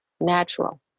natural